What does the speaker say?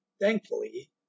thankfully